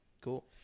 cool